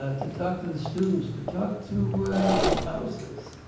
ah to talk to the students, to talk to the spouses,